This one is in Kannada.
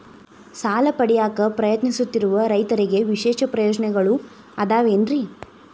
ಸಾಲ ಪಡೆಯಾಕ್ ಪ್ರಯತ್ನಿಸುತ್ತಿರುವ ರೈತರಿಗೆ ವಿಶೇಷ ಪ್ರಯೋಜನಗಳು ಅದಾವೇನ್ರಿ?